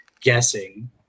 guessing